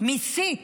מסית.